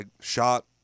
shot